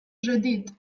جديد